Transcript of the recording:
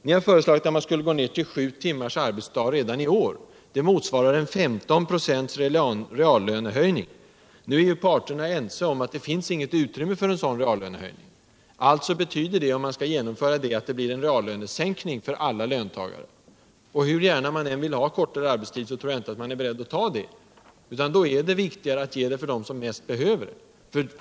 Ni har föreslagit att man skall gå ned till sju timmars arbetsdag redan i år. Det motsvarar en reallönehöjning på 15 26. Nu är emellertid parterna ense om att det inte finns något utrymme för en sådan reallönehöjning. Alltså innebär ett genomförande av förslaget en reallönesänkning för alla löntagare. Hur gärna man än vill ha kortare arbetstid, tror jag inte att man är beredd att ta de konsekvenserna. Då är det viktigare att ge en möjlighet till kortare arbetstid åt dem som bäst behöver den.